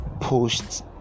posts